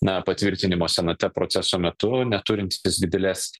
na patvirtinimo senate proceso metu neturintis didelės